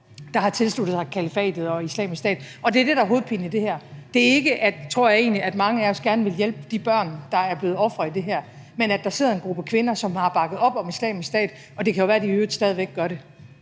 der har tilsluttet sig kalifatet og Islamisk Stat. Det er det, der er hovedpinen i det her. Det er ikke, tror jeg egentlig, at mange af os ikke gerne ville hjælpe de børn, der er blevet ofre i det her, men at der sidder en gruppe kvinder, som har bakket op om Islamisk Stat. Og det kan jo være, at de i øvrigt stadig væk gør det.